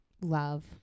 Love